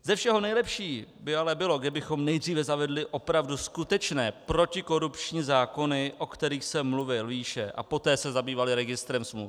Ze všeho nejlepší by ale bylo, kdybychom nejdříve zavedli opravdu skutečné protikorupční zákony, o kterých jsem mluvil výše, a poté se zabývali registrem smluv.